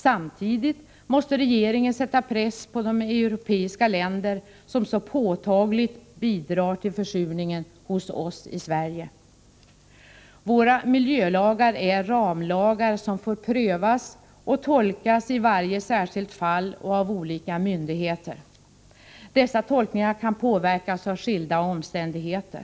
Samtidigt måste regeringen sätta press på de europeiska länder som så påtagligt bidrar till försurningen hos oss i Sverige. Våra miljölagar är ramlagar, som får prövas och tolkas i varje särskilt fall och av olika myndigheter. Dessa tolkningar kan påverkas av skilda omständigheter.